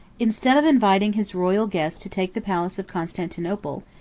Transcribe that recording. instead of inviting his royal guests to take the palace of constantinople,